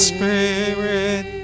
Spirit